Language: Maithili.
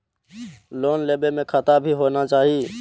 लोन लेबे में खाता भी होना चाहि?